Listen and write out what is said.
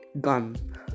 gun